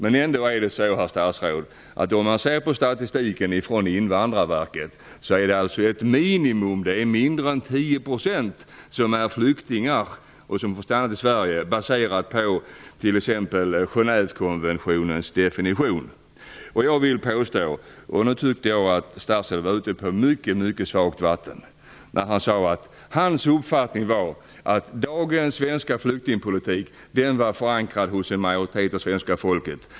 Men ändå är det så, herr statsråd att om man läser statistiken från Invandrarverket, är det ett minimum - mindre än 10 %- som är flyktingar och som får stanna i Sverige med Genèvekonventionens definition som grund. Jag tycker att statsrådet var ute på mycket svag is när han sade att hans uppfattning är att dagens svenska flyktingpolitik är förankrad hos en majoritet av det svenska folket.